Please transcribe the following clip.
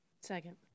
Second